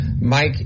Mike